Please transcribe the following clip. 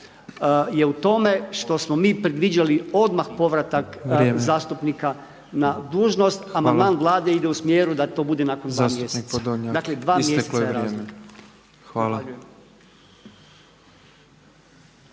je u tome što smo mi predviđali odmah povratak zastupnika na dužnost a amandman Vlade ide u smjeru da to bude nakon 2 mjeseca. …/Upadica predsjednik: